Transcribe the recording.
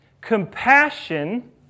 Compassion